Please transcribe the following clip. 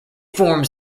forms